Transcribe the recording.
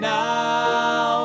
now